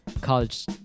college